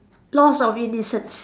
lost of innocence